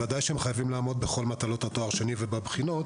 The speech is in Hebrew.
ודאי שהם חייבים לעמוד בכל מטלות התואר השני ובבחינות,